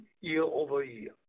year-over-year